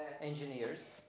engineers